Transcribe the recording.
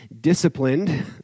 disciplined